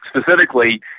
specifically